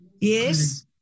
Yes